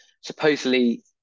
Supposedly